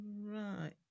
Right